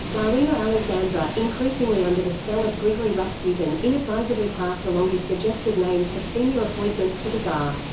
tsarina alexandra, increasingly under the spell of grigori rasputin, inadvisedly passed along his suggested names for senior appointments to the tsar.